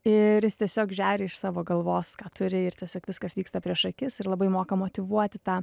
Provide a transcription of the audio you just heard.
ir jis tiesiog žeria iš savo galvos ką turi ir tiesiog viskas vyksta prieš akis ir labai moka motyvuoti tą